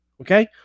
okay